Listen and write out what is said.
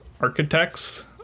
architects